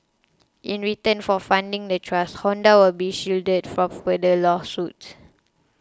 in return for funding the trust Honda will be shielded from further lawsuits